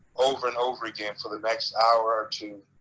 over and over again for the next hour or two,